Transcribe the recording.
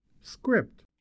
Script